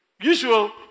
usual